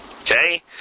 Okay